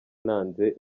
nanze